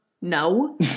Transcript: no